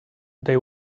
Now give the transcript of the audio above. they